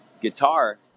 guitar